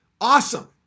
Awesome